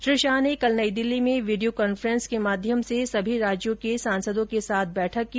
श्री शाह ने कल नई दिल्ली में वीडियो कांफ्रेंसिंग के माध्यम से सभी राज्यों के सांसदों के साथ बैठक की